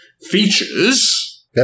features